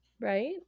Right